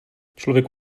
člověk